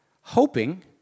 hoping